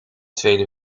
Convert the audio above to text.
tweede